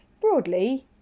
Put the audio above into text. broadly